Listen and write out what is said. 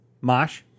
Mosh